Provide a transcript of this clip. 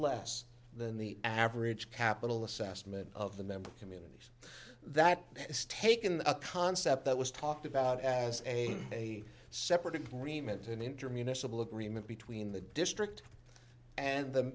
less than the average capital assessment of the member communities that has taken the concept that was talked about as a separate agreement and injure municipal agreement between the district and the